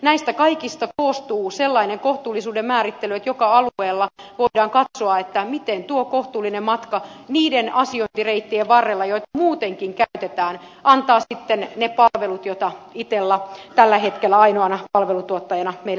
näistä kaikista koostuu sellainen kohtuullisuuden määrittely että joka alueella voidaan katsoa miten tuo kohtuullinen matka niiden asiointireittien varrella joita muutenkin käytetään antaa ne palvelut joita itella tällä hetkellä ainoana palveluntuottajana meille suomalaisille tarjoaa